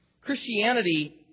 Christianity